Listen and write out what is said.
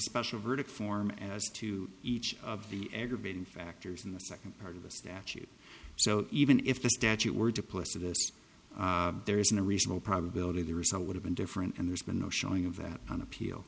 special verdict form as to each of the aggravating factors in the second part of the statute so even if the statute were to pursue this there isn't a reasonable probability the result would have been different and there's been no showing of that on appeal